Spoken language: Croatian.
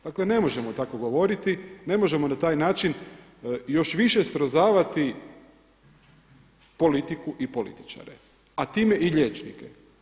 Dakle ne možemo tako govoriti, ne možemo na taj način još više srozavati politiku i političare, a time i liječnike.